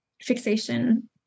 fixation